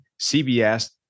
CBS